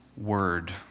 Word